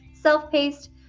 self-paced